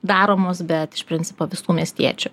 daromos bet iš principo visų miestiečių